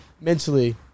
mentally